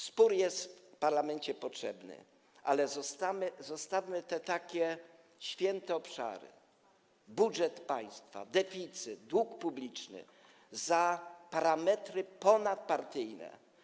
Spór jest w parlamencie potrzebny, ale ustalmy takie święte obszary: budżet państwa, deficyt, dług publiczny jako parametry ponadpartyjne.